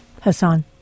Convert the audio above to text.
Hassan